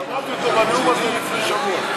שמעתי אותו בנאום הזה לפני שבוע.